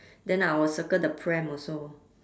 then I will circle the pram also